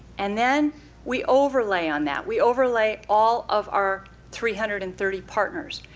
and then we overlay on that. we overlay all of our three hundred and thirty partners,